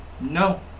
No